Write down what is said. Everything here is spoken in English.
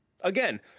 Again